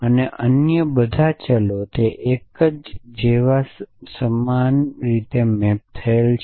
અને અન્ય બધા ચલો તે એક જેવા સમાન મેપ કરે છે